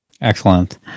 Excellent